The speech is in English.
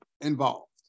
involved